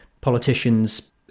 politicians